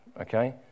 okay